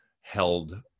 held